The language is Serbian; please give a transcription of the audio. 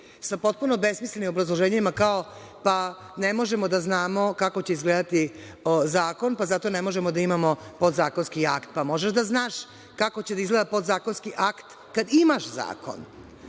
sa potpuno besmislenim obrazloženjima, kao – ne možemo da znamo kako će izgledati zakon, pa zato ne možemo da imamo podzakonski akt. Pa, možeš da znaš kako će da izgleda podzakonski akt kad imaš zakon.